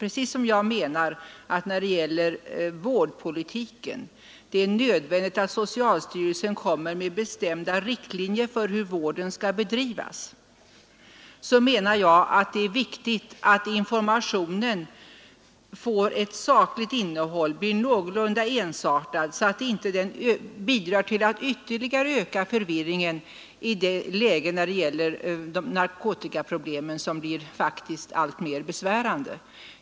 Precis som jag menar att det i fråga om vårdpolitiken är nödvändigt att socialstyrelsen kommer med bestämda riktlinjer för hur vården skall bedrivas, menar jag att det är viktigt att informationen får ett sakligt innehåll, att den blir någorlunda ensartad så att den inte bidrar till att ytterligare öka förvirringen i fråga om de alltmer besvärande narkotikaproblemen.